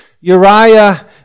Uriah